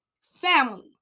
family